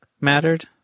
mattered